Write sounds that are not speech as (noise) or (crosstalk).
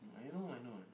(noise) I know I know I know